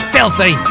Filthy